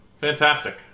Fantastic